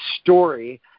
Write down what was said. story